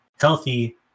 healthy